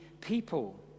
people